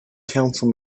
council